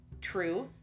true